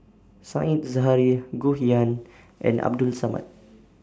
Said Zahari Goh Yihan and Abdul Samad